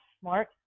smart